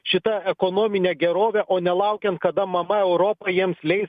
šita ekonomine gerove o ne laukiant kada mama europa jiems leis